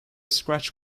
scratch